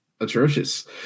atrocious